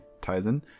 Tizen